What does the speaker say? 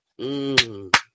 Mmm